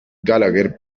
gallagher